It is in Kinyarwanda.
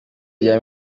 rya